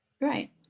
Right